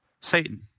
Satan